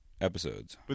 episodes